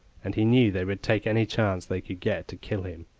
and he knew they would take any chance they could get to kill him,